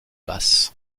basse